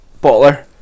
Butler